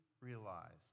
realized